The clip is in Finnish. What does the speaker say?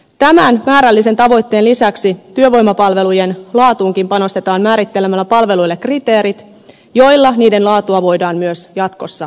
tämän määrällisen tavoitteen lisäksi työvoimapalvelujen laatuunkin panostetaan määrittelemällä palveluille kriteerit joilla niiden laatua voidaan myös jatkossa seurata